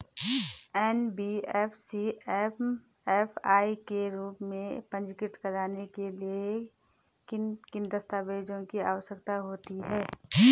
NBFC MFI के रूप में पंजीकृत कराने के लिए किन किन दस्तावेज़ों की आवश्यकता होती है?